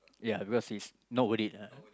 ya because he's not worth it ah